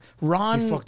Ron